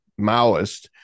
Maoist